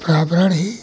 पर्यावरण ही